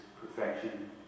perfection